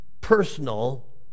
personal